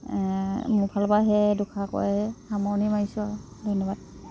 মোৰ ফালৰ পৰা সেই দুআষাৰ কৈ সামৰণি মাৰিছোঁ আৰু ধন্যবাদ